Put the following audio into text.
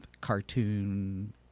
cartoon